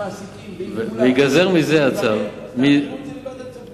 המעסיקים ועם כולם, אז תעבירו לוועדת הכספים.